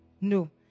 No